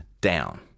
down